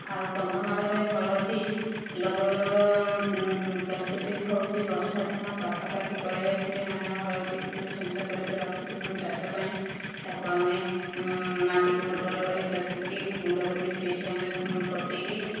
ଆଉ କନ୍ଧମାଳରେ ହଳଦୀ ଲଗାଇବାର ପ୍ରସ୍ତୁତି ହେଉଛି ବର୍ଷାଦିନ ପାଖା ପାଖି ପଳାଇ ଆସିଲେ ଆମେ ହଳଦୀକୁ ଯେଉଁ ସଞ୍ଚୟ କରିକି ରଖିଥିବୁ ଚାଷ ପାଇଁ ତାକୁ ଆମେ ମାଟିକି ଉର୍ବର କରି ଚାଷିକି ଗୁଣ୍ଡ କରିକି ସେହିଠି ଆମେ ପୋତିକି